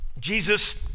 Jesus